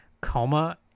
coma